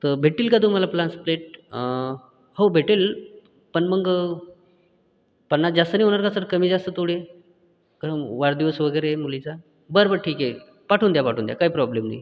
तर भेटतील का तुम्हाला प्लान्स प्लेट हो भेटेल पण मग पन्नास जास्त नाही होणार का सर कमी जास्त थोडे कारण वाढदिवस वगैरे आहे मुलीचा बरं बरं ठीक आहे पाठवून द्या पाठवून द्या काही प्रॉब्लेम नाही